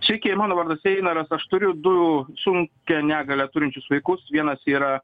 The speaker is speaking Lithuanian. sveiki mano vardas einaras aš turiu du sunkią negalią turinčius vaikus vienas yra